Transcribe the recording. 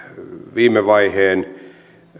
viimevaiheen